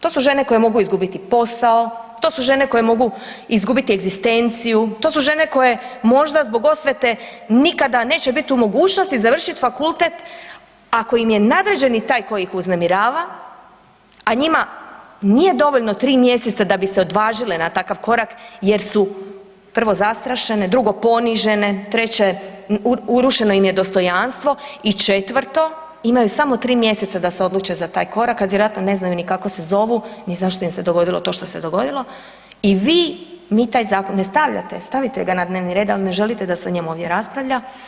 To su žene koje mogu izgubiti posao, to su žene koje mogu izgubiti egzistenciju, to su žene koje možda, zbog osvete, nikada neće biti u mogućnosti završiti fakultet, ako im je nadređeni taj koji ih uznemirava, a njima nije dovoljno 3 mjeseca da bi se odvažile na takav korak jer su prvo, zastrašene, drugo ponižene, treće urušeno im je dostojanstvo i četvrto, imaju samo 3 mjeseca da se odluče za taj korak, a vjerojatno ne znaju ni kako se zovu ni zašto im se dogodilo to što se dogodilo i vi, mi taj zakon, ne stavljate, stavite ga na dnevni red, ali ne želite da se o njemu ovdje raspravlja.